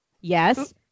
yes